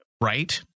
right